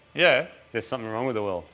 yeah there's something wrong with the world.